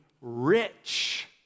rich